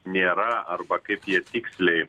nėra arba kaip jie tiksliai